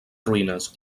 ruïnes